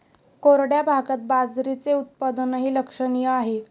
कोरड्या भागात बाजरीचे उत्पादनही लक्षणीय आहे